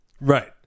Right